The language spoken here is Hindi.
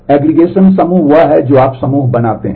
एग्रीगेशन समूह वह है जो आप समूह बनाते हैं